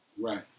Right